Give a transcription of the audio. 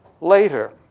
later